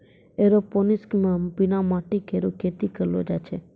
aeroponics म बिना माटी केरो खेती करलो जाय छै